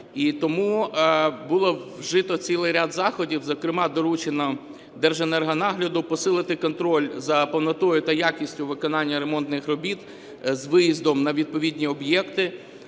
тому було вжито цілий ряд заходів, зокрема, доручено Держенергонагляду посилити контроль за повнотою та якістю виконання ремонтних робіт з виїздом на відповідні об'єкти,